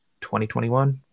2021